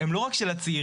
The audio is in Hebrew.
הם לא רק של הצעירים,